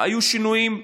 היו שינויים,